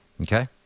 Okay